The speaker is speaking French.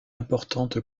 importante